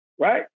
Right